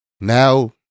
now